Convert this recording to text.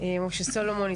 משה סולומון,